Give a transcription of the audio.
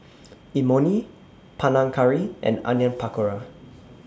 Imoni Panang Curry and Onion Pakora